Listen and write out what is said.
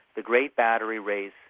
the great battery race,